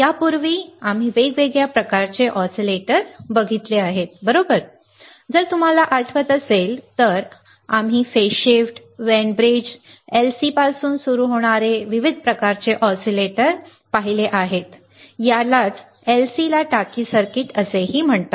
यापूर्वी आम्ही वेगवेगळ्या प्रकारचे ऑसीलेटर पाहिले आहेत बरोबर जर तुम्हाला आठवत असेल तर आम्ही phase shift Wien bridge LC पासून सुरू होणारे विविध प्रकारचे ऑसीलेटर पाहिले आहेत आणि यालाच LC ला टाकी सर्किट असेही म्हणतात